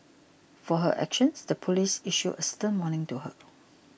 for her actions the police issued a stern warning to her